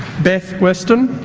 beth western